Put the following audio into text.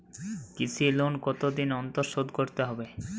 কৃষি লোন কতদিন অন্তর শোধ করতে হবে?